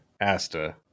Asta